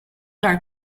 are